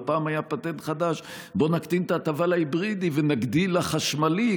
והפעם היה פטנט חדש: בואו נקטין את ההטבה להיברידי ונגדיל לחשמלי,